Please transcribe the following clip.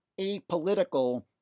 apolitical